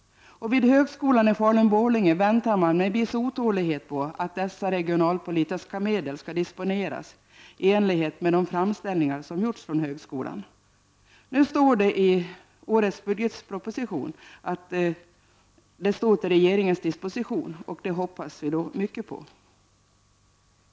Vid högskolan i Falun-Borlänge väntar man med viss otålighet att dessa regionalpolitiska medel skall disponeras i enlighet med de framställningar som gjorts från högskolan. Nu framhålls det i årets budgetproposition att dessa medel står till regeringens disposition, och det hoppas vi mycket på.